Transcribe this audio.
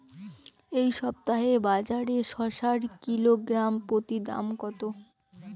এই সপ্তাহে বাজারে শসার কিলোগ্রাম প্রতি দাম কত?